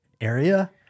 area